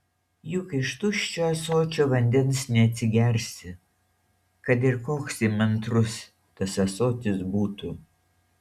juk iš tuščio ąsočio vandens neatsigersi kad ir koks įmantrus tas ąsotis būtų